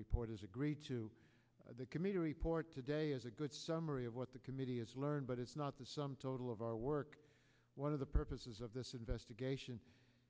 report is agreed to the committee report today is a good summary of what the committee has learned but it's not the sum total of our work one of the purposes of this investigation